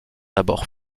d’abord